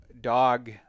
dog